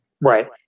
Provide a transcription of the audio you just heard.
right